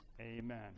Amen